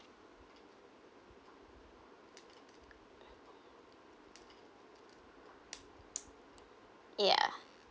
ya